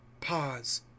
PAUSE